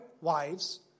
wives